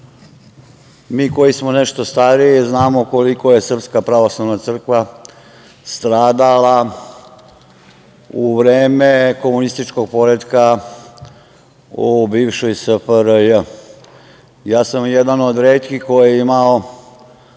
mi koji smo nešto stariji znamo koliko je SPC stradala u vreme komunističkog poretka u bivšoj SFRJ. Ja sam jedan od retkih koji je imao